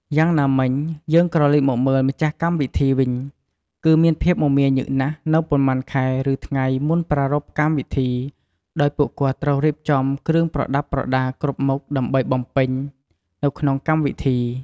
យ៉ាងណាមិញ យើងក្រឡេកមកមើលម្ចាស់កម្មវិធីវិញ គឺមានភាពមមាញឹកណាស់នៅប៉ុន្មានខែ ឫថ្ងៃមុនប្រារព្ធកម្មវិធីដោយពួកគាត់ត្រូវរៀបចំគ្រឿងប្រដា់ប្រដាគ្រប់មុខដើម្បីបំពេញនៅក្នុងកម្មវិធី។